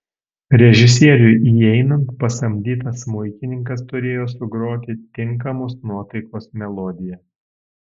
režisieriui įeinant pasamdytas smuikininkas turėjo sugroti tinkamos nuotaikos melodiją